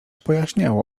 pojaśniało